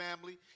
family